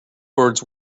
words